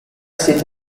seat